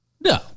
No